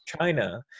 China